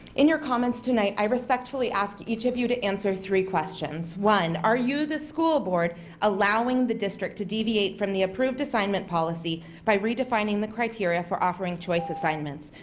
in your comments tonight i respectfully ask that each of you to answer three questions one are you, the school board allowing the district to deviate from the approved assignment policy by redefining the criteria for offering choice assignments?